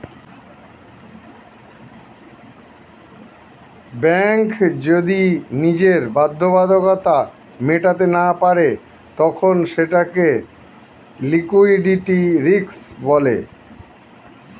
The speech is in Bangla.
ব্যাঙ্ক যদি নিজের বাধ্যবাধকতা মেটাতে না পারে তখন সেটাকে লিক্যুইডিটি রিস্ক বলে